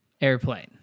airplane